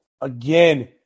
again